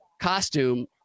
costume